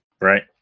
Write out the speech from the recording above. Right